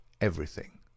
everything